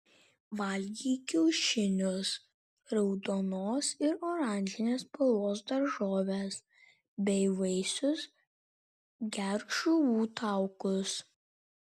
valgyk kiaušinius raudonos ir oranžinės spalvos daržoves bei vaisius gerk žuvų taukus